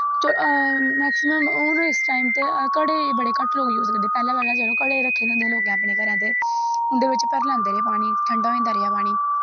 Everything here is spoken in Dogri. मैकसिमम हून इस टाइम ते बड़े घट्ट लोग यूस करदे पैह्लैं पैह्लैं लोग घड़े रक्खे दे होंदे हे लोकैं अपनै घरैं ते उं'दै बिच्च भरी लैंदे रेह् पानी ठंडा होई जंदा रेहा पानी